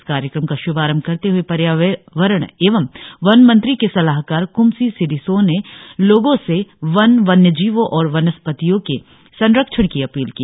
इस कार्यक्रम का श्भारंभ करते हए पर्यावरण एवं वन मंत्री के सलाहकार क्मसी सिडिसो ने लोगो से वन वन्य जीवो और वनस्पतियो के संरक्षण की अपील की